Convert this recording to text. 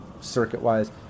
circuit-wise